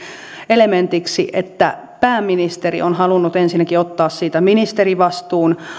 elementiksi että pääministeri on halunnut ensinnäkin ottaa siitä ministerivastuun ja